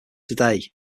today